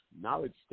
Knowledge